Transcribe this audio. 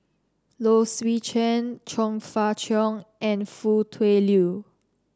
Low Swee Chen Chong Fah Cheong and Foo Tui Liew